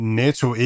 netto